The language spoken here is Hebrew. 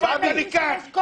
גם לך.